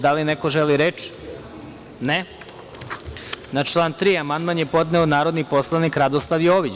Da li neko želi reč? (Ne) Na član 3. amandman je podneo narodni poslanik Radoslav Jović.